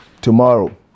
tomorrow